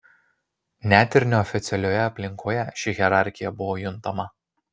net ir neoficialioje aplinkoje ši hierarchija buvo juntama